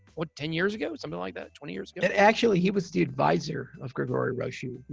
what, ten years ago? something like that? twenty years ago? actually, he was the advisor of grigore rosu.